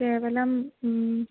केवलं ह्म्